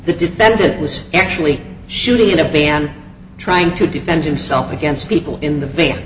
the defendant was actually shooting in a van trying to defend himself against people in the